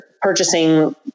purchasing